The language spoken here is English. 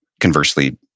conversely